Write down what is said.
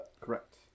correct